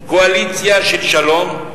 קואליציה של שלום,